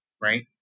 right